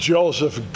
Joseph